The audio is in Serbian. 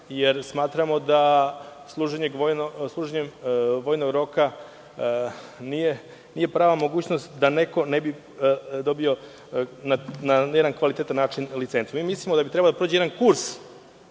jer smatramo da služenje vojnog roka nije prava mogućnost da neko ne bi dobio na jedan kvalitetan način licencu. Mi mislimo da bi trebali da prođu jedan kurs